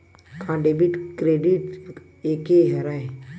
का debit credit एके हरय?